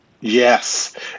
Yes